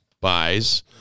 buys